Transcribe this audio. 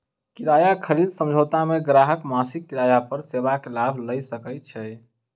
किराया खरीद समझौता मे ग्राहक मासिक किराया पर सेवा के लाभ लय सकैत छै